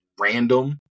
random